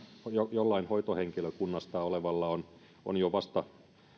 jollain hoitohenkilökunnassa olevalla on on jo vasta